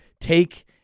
take